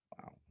Wow